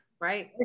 Right